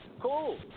Cool